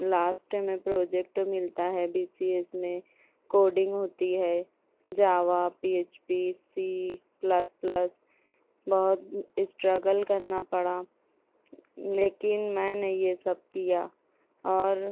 last میں project ملتا ہے بی سی ایس میں کوڈنگ ہوتی ہے Java P H P C plus plus بہت اسٹرگل کرنا پڑا لیکن میں نے یہ سب کیا اور